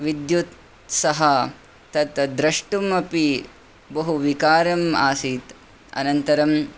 विद्युत् सह तत् द्रष्टुमपि बहु विकारम् आसीत् अनन्तरम्